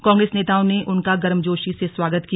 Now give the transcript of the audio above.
कांग्रेस नेताओं ने उनका गर्मजोशी से स्वागत किया